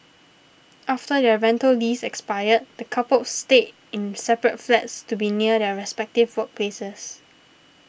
after their rental lease expired the coupled stayed in separate flats to be near their respective workplaces